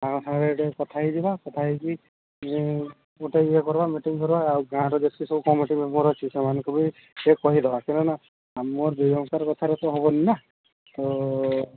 ତାଙ୍କ ସାଙ୍ଗରେ ଟିକିଏ କଥା ହୋଇଯିବା କଥା ହୋଇକି ମୁଁ ଗୋଟେ ଇଏ କରିବା ମିଟିଂ କରିବା ମୁଁ ଆଉ ଗାଁର ଯେତେ ସବୁ କମିଟି ମେମ୍ବର୍ ଅଛି ସେମାନଙ୍କୁ ବି ସେ କହିଦେବା କାହିଁକିନା ଆମର ଦୁଇ ଜଣଙ୍କ କଥାରେ ତ ହେବନି ନା ତ